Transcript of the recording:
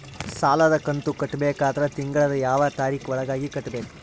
ಸಾಲದ ಕಂತು ಕಟ್ಟಬೇಕಾದರ ತಿಂಗಳದ ಯಾವ ತಾರೀಖ ಒಳಗಾಗಿ ಕಟ್ಟಬೇಕು?